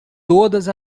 todas